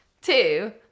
Two